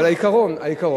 על העיקרון.